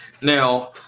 Now